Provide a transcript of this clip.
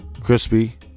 Crispy